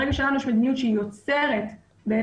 ברגע שלנו יש מדיניות שהיא יוצרת מונופול,